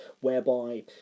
whereby